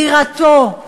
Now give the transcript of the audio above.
דירתו,